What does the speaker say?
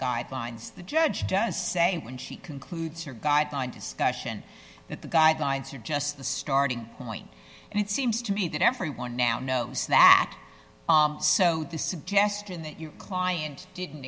guidelines the judge does say when she concludes her guideline discussion that the guidelines are just the starting point and it seems to me that everyone now knows that so the suggestion that your client didn't